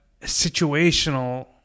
situational